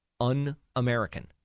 un-American